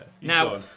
Now